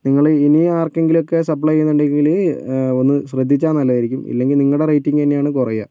നിങ്ങള് ഇനി ആർക്കെങ്കിലും ഒക്കെ സപ്ലൈ ചെയ്യുന്നുണ്ടെങ്കില് ഒന്ന് ശ്രദ്ധിച്ചാൽ നല്ലതായിരിക്കും ഇല്ലെങ്കിൽ നിങ്ങളുടെ റേറ്റിംഗ് തന്നെയാണ് കുറയുക